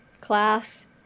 class